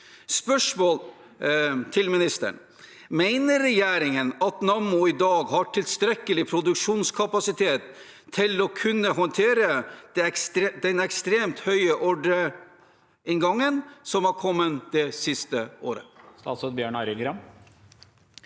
Spørsmålet mitt til ministeren er: Mener regjeringen at Nammo i dag har tilstrekkelig produksjonskapasitet til å kunne håndtere den ekstremt høye ordreinngangen som har kommet det siste året?